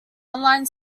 online